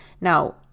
Now